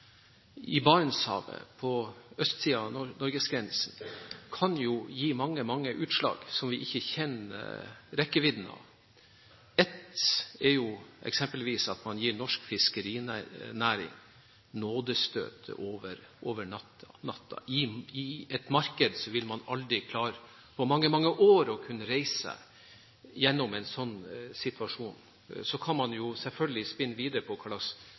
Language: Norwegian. i Barentshavet på østsiden av Norges grense kan gi mange, mange utslag som vi ikke kjenner rekkevidden av. Ett er eksempelvis at man gir norsk fiskerinæring nådestøtet over natten. I et marked vil man ikke på mange, mange år klare å reise seg fra en sånn situasjon. Så kan man selvfølgelig spinne videre på